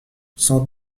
sans